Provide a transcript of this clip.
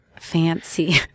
fancy